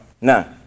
Now